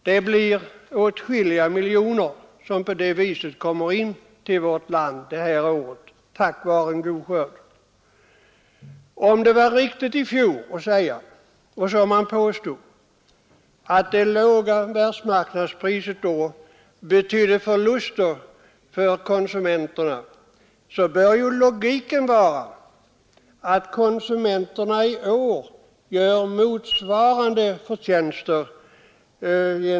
Det blir åtskilliga miljoner som på det viset kommer in till vårt land detta år tack vare en god skörd. Om det var riktigt som man i fjol påstod, att det låga världsmarknadspriset då betydde förluster för konsumenterna, så bör ju logiken vara att konsumenterna i år gör motsvarande förtjänster.